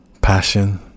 passion